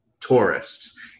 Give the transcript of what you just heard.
Tourists